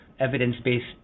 evidence-based